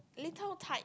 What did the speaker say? little type